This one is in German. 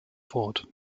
fort